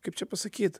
kaip čia pasakyt